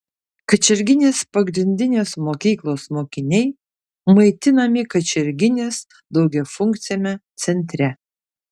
kačerginės pagrindinės mokyklos mokiniai maitinami kačerginės daugiafunkciame centre